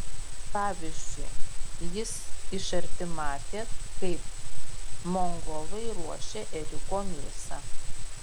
pavyzdžiui jis iš arti matė kaip mongolai ruošia ėriuko mėsą